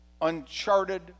Uncharted